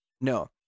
No